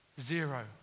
Zero